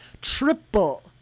triple